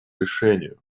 решению